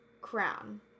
crown